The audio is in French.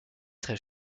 très